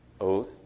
oath